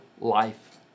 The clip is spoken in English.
life